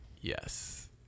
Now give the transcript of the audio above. Yes